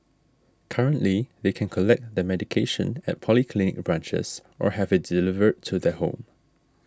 currently they can collect their medication at polyclinic branches or have it delivered to their home